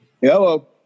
Hello